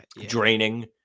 Draining